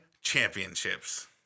Championships